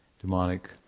demonic